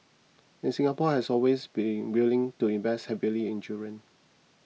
and Singapore has always been willing to invest heavily in children